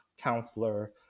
counselor